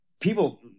People